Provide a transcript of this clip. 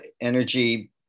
energy